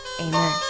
Amen